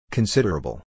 Considerable